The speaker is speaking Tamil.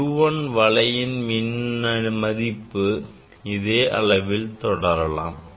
U1 வளையின் மதிப்பு இதே அளவில் தொடரலாம்